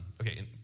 Okay